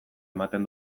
ematen